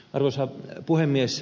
arvoisa puhemies